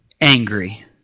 angry